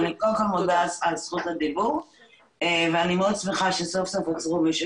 אני קודם כל מודה על זכות הדיבור ואני מאוד שמחה שסוף סוף עצרו מישהו